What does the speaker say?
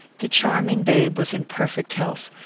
the charming babe was in perfect health,